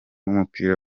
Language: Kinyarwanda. w’umupira